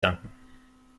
danken